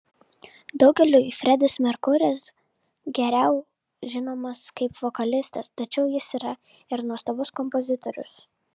daugeliui fredis merkuris geriau žinomas kaip vokalistas tačiau jis yra ir nuostabus kompozitorius